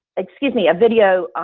excuse me, a video